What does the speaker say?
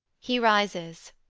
he rises.